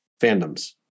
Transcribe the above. fandoms